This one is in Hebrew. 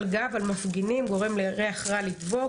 גב על מפגינים וגורם לריח רע לדבוק,